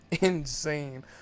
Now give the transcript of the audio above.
insane